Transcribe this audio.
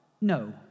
No